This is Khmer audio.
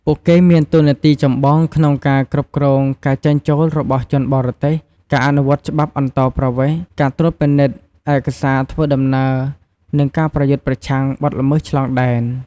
ពួកគេមានតួនាទីចម្បងក្នុងការ គ្រប់គ្រងការចេញចូលរបស់ជនបរទេស ការអនុវត្តច្បាប់អន្តោប្រវេសន៍ ការត្រួតពិនិត្យឯកសារធ្វើដំណើរ និងការប្រយុទ្ធប្រឆាំងបទល្មើសឆ្លងដែន។